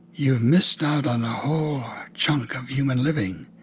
you've missed out on a whole chunk of human living.